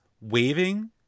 waving